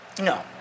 No